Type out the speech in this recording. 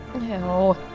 No